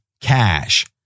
cash